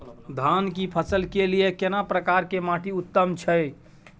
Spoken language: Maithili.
धान की फसल के लिये केना प्रकार के माटी उत्तम छै?